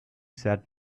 said